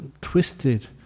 twisted